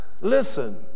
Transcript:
Listen